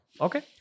Okay